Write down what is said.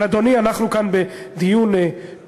אבל, אדוני, אנחנו כאן בדיון פרלמנטרי.